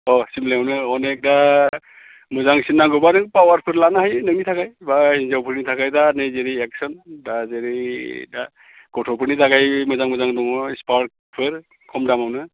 अह सिमलायावनो अनेग दा मोजांसिन नांगौबा नों पावारफोर लानो हायो नोंनि थाखाय बा हिनजावफोरनि थाखाय दा नै जेरै एक्सन दा जेरै दा गथ'फोरनि थाखाय मोजां मोजां दङ स्पार्क फोर खम दामावनो